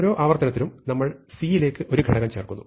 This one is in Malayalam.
ഓരോ ആവർത്തനത്തിലും നമ്മൾ C യിലേക്ക് ഒരു ഘടകം ചേർക്കുന്നു